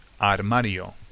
armario